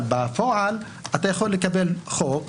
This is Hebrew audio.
אבל בפועל אתה יכול לקבל חוק